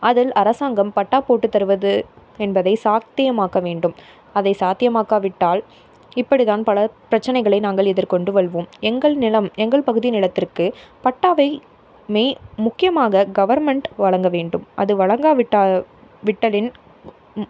அதில் அரசாங்கம் பட்டா போட்டு தருவது என்பதை சாத்தியமாக்க வேண்டும் அதை சாத்தியமாக்கா விட்டால் இப்படி தான் பல பிரச்சனைகளை நாங்கள் எதிர்கொண்டு வருவோம் எங்கள் நிலம் எங்கள் பகுதி நிலத்திற்கு பட்டாவை முக்கியமாக கவர்ன்மெண்ட் வழங்க வேண்டும் அது வழங்காவிட்டால் விட்டலின்